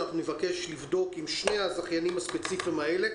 ונבקש לבדוק עם שני הזכיינים הספציפיים האלה.